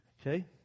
Okay